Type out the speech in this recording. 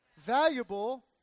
valuable